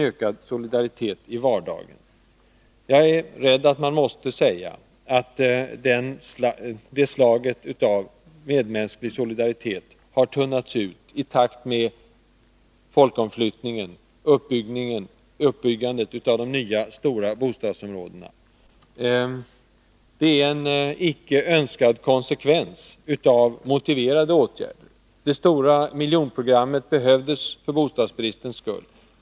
Jag är rädd för att det slaget av medmänsklig solidaritet har tunnats ut i takt med folkomflyttningen och uppbyggandet av de nya stora bostadsområdena. Det är en icke önskad konsekvens av motiverade åtgärder. Det stora miljonprogrammet behövdes för att motverka bostadsbristen.